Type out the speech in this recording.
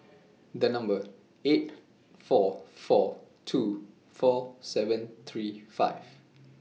The Number eight four four two four seven three five